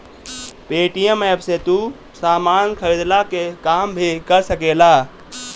Paytm app से तू सामान खरीदला के काम भी कर सकेला